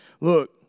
look